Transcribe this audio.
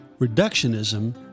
Reductionism